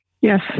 Yes